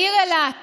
העיר אילת